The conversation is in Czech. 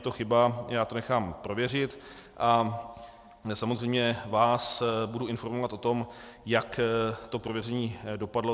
Je to chyba, já to nechám prověřit a samozřejmě vás budu informovat o tom, jak to prověření dopadlo.